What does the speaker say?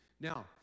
Now